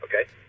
okay